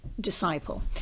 disciple